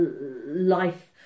life